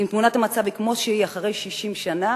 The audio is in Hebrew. אם תמונת המצב היא כמות שהיא אחרי 60 שנה,